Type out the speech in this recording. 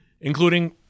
including